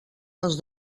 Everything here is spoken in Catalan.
les